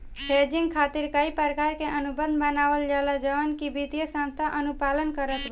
hedging खातिर कई प्रकार के अनुबंध बनावल जाला जवना के वित्तीय संस्था अनुपालन करत बा